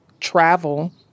travel